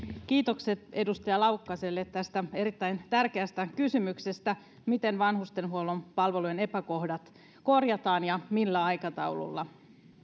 kiitokset edustaja laukkaselle tästä erittäin tärkeästä kysymyksestä miten vanhustenhuollon palvelujen epäkohdat korjataan ja millä aikataululla